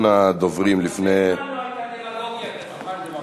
והרצון להרחיק אותו מהסכנה ולשמור